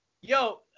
Yo